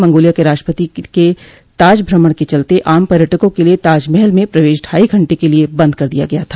Mongolia के राष्ट्रपति के ताज भ्रमण के चलते आम पर्यटकों के लिये ताजमहल में प्रवेश ढाई घंटे के लिये बंद कर दिया गया था